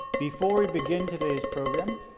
before we begin today's program,